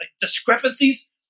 discrepancies